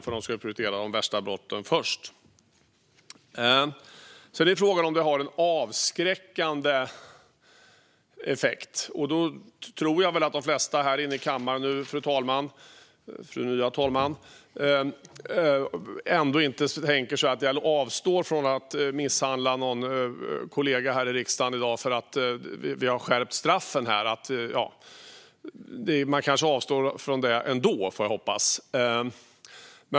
Polisen ska ju prioritera de värsta brotten först. Frågan är alltså om det finns en avskräckande effekt. Jag tror, fru talman, att de flesta här i kammaren inte avstår från att misshandla någon kollega i riksdagen i dag bara för att vi har skärpt straffen. Man får hoppas att de avstår från det ändå.